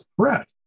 threat